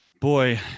boy